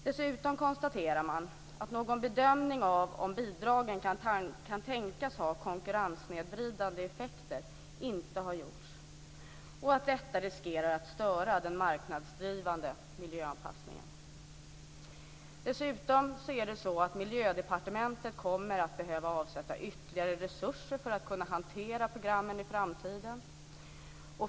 Dessutom konstaterar man att någon bedömning av om bidragen kan tänkas ha konkurrenssnedvridande effekter inte har gjorts och att detta riskerar att störa den marknadsdrivande miljöanpassningen. Därutöver kommer Miljödepartementet att behöva att avsätta ytterligare resurser för att kunna hantera programmen i framtiden.